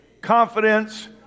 confidence